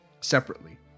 separately